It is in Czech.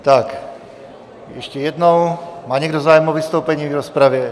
Tak ještě jednou, má někdo zájem o vystoupení v rozpravě?